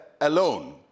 alone